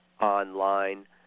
online